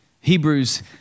Hebrews